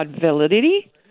validity